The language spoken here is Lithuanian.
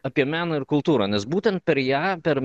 apie meną ir kultūrą nes būtent per ją per